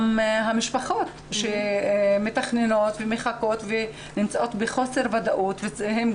המשפחות שמתכננות ומחכות ונמצאות בחוסר ודאות וחתמו גם